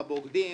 הבוגדים,